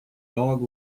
dog